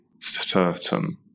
certain